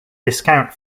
discount